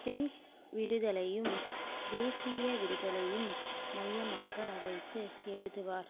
பெண் விடுதலையும் தேசிய விடுதலையும் மையமாக வைத்து எழுதுவார்